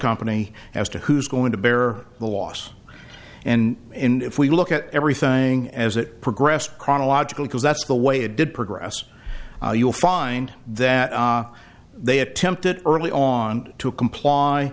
company as to who's going to bear the loss and in if we look at everything as it progressed chronological because that's the way it did progress you'll find that they attempted early on to comply